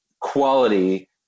quality